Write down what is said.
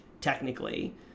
technically